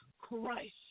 Christ